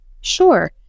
Sure